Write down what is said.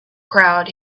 crowd